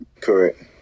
Correct